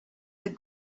the